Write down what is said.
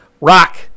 Rock